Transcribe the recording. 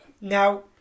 Now